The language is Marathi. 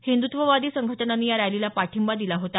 हिंदुत्ववादी संघटनांनी या रॅलीला पाठिंबा दिला होता